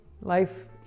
life